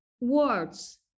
words